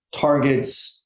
targets